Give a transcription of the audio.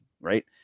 right